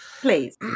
Please